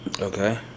Okay